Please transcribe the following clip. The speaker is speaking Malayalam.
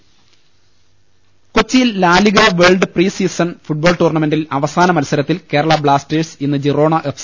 രുട്ടിട്ട്ട്ട്ട്ട്ട കൊച്ചിയിൽ La Liga world pre season football ടൂർണ്ണമെന്റിൽ അവസാന മത്സരത്തിൽ കേരള ബ്ലാസ്റ്റേഴ്സ് ഇന്ന് ജിറോണ എഫ്